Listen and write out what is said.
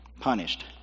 punished